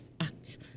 act